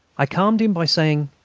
i calmed him by saying,